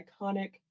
iconic